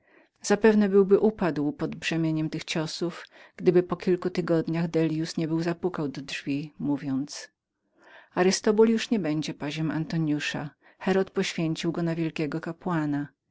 zapewne byłby upadł pod brzemieniem tych uderzeń gdyby po kilku tygodniach dellius niebył zapukał do jego drzwi mówiąc arystobul już nie będzie paziem antoniusa herod poświęcił go na wielkiego kapłana